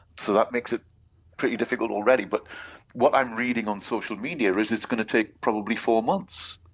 so that makes it pretty difficult already. but what i'm reading on social media is it's going to take probably four months.